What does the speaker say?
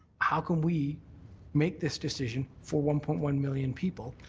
how can we make this decision for one point one million people?